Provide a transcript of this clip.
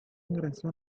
ingresó